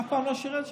אף פעם לא שירת שם,